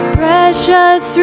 precious